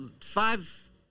five